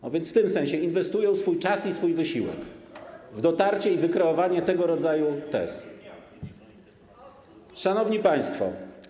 No więc w tym sensie inwestują swój czas i swój wysiłek w dotarcie i wykreowanie tego rodzaju tez. Szanowni Państwo!